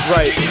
Right